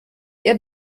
ihr